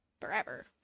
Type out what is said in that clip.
forever